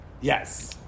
Yes